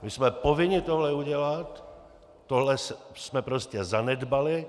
My jsme povinni tohle udělat, tohle jsme prostě zanedbali.